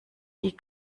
die